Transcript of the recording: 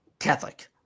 Catholic